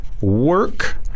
work